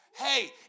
Hey